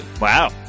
wow